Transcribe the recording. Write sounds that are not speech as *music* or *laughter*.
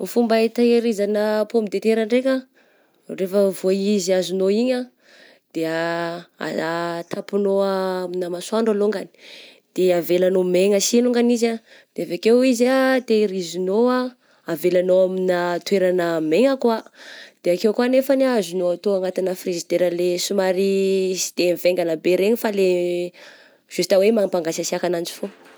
Ny fomba hitahirizagna pomme de terre ndraika, rehefa vô izy azonao igny ah, de *hesitation* atampinao amigna masoandro alongany, de avelanao maigna sy longany izy ah, de avy akeo izy ah tehirizinao ah avelanao amigna toeragna maigna koà, de akeo nefany ah azonao atao anatigna frizidera le somary sy de mivaingana be regny fa le just hoe mampangasiasiaka ananjy fô.